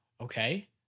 okay